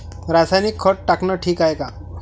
रासायनिक खत टाकनं ठीक हाये का?